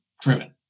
driven